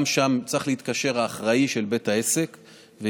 גם שם האחראי של בית העסק צריך להתקשר,